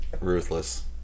ruthless